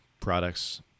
products